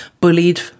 bullied